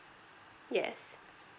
yes